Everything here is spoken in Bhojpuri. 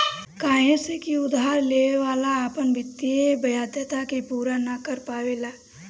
काहे से की उधार लेवे वाला अपना वित्तीय वाध्यता के पूरा ना कर पावेला